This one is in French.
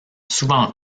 souvent